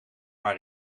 maar